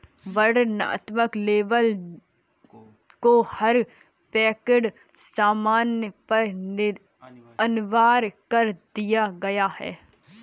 वर्णनात्मक लेबल को हर पैक्ड सामान पर अनिवार्य कर दिया गया है